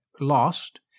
lost